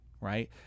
Right